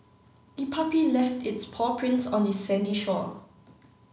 the puppy left its paw prints on the sandy shore